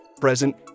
present